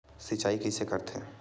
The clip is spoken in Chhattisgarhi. सिंचाई कइसे करथे?